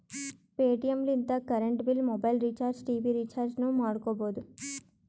Paytm ಲಿಂತ current bill, mobile recharge, TV ರಿಚಾರ್ಜನೂ ಮಾಡ್ಕೋಬೋದು